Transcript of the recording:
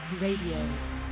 Radio